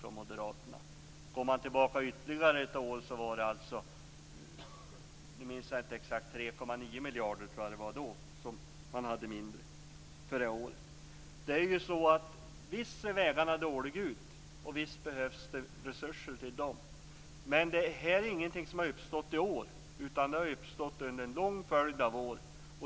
Om man går tillbaka ytterligare ett år tror jag att det var Visst ser vägarna dåliga ut, och visst behövs det resurser till dem, men detta är ingenting som har uppstått i år utan det har uppstått under en lång följd av år.